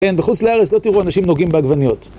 כן, בחוץ לארץ לא תראו אנשים נוגעים בעגבניות.